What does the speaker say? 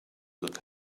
look